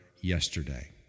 yesterday